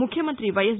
ముఖ్యమంతి వైఎస్